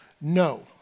no